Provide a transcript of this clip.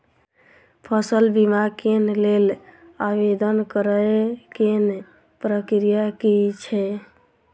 फसल बीमा केँ लेल आवेदन करै केँ प्रक्रिया की छै?